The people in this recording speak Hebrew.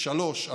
3,